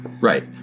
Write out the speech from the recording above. Right